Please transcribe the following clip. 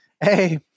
Hey